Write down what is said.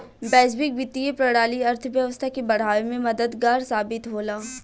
वैश्विक वित्तीय प्रणाली अर्थव्यवस्था के बढ़ावे में मददगार साबित होला